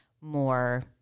more